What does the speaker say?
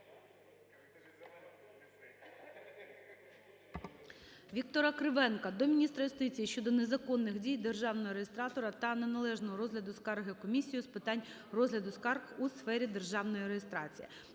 Віктора Кривенка до міністра юстиції щодо незаконних дій державного реєстратора та неналежного розгляду скарги Комісією з питань розгляду скарг у сфері державної реєстрації.